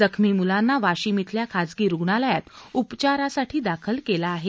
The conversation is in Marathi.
जखमी मुलांना वाशीम इथल्या खासगी रुग्णालयात उपचारासाठी दाखल केलं आहे